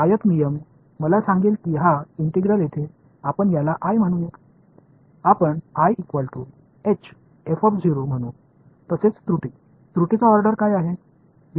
आयत नियम मला सांगेल की हा इंटिग्रल येथे आपण याला I म्हणू आपण म्हणू तसेच त्रुटी त्रुटीचा ऑर्डर काय आहे